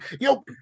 Yo